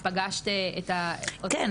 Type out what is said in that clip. את פגשת --- כן,